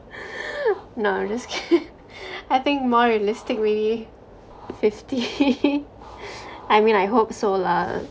no I'm just ki~ I think more realistically fifty I mean I hope so lah